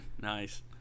Nice